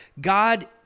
God